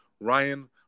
Ryan